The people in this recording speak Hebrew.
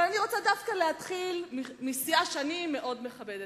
אבל אני רוצה דווקא להתחיל מסיעה שאני מאוד מכבדת,